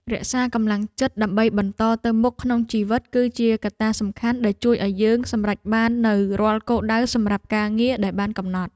រក្សាកម្លាំងចិត្តដើម្បីបន្តទៅមុខក្នុងជីវិតគឺជាកត្តាសំខាន់ដែលជួយឱ្យយើងសម្រេចបាននូវរាល់គោលដៅសម្រាប់ការងារដែលបានកំណត់។